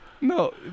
no